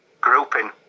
grouping